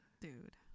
Dude